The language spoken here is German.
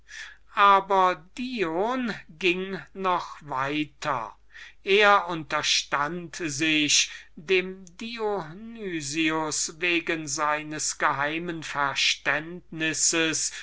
besuchen dion ging weiter er unterstund sich dem dionys wegen seines geheimen verständnisses